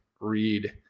read